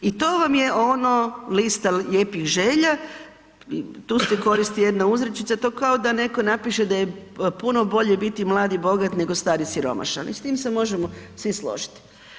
I to vam je ono lista lijepih želja i tu se koristi jedna uzrečica, to kao da neko napiše da je puno bolje biti mlad i bogat nego star i siromašan i s tim se možemo svi složiti.